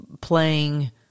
playing